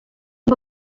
ngo